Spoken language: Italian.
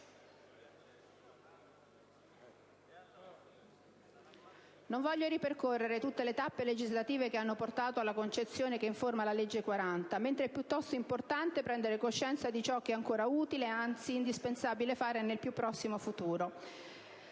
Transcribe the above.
Non voglio ripercorrere tutte le tappe legislative che hanno portato alla concezione che informa la legge n. 40 del 2001, mentre è piuttosto importante prendere coscienza di ciò che è ancora utile, anzi indispensabile fare nel più prossimo futuro.